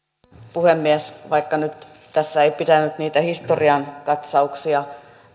puhemies tässä nyt ei pitänyt niitä historian katsauksia